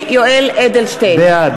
תודה.